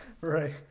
Right